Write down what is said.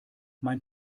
mein